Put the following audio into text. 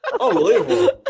unbelievable